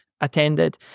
Attended